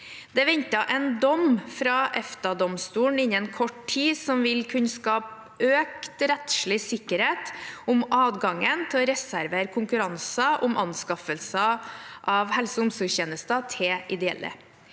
tid ventet en dom fra EFTA-domstolen som vil kunne skape økt rettslig sikkerhet om adgangen til å reservere konkurranser om anskaffelser av helse- og omsorgstjenester til ideelle.